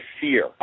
fear